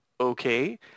okay